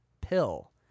pill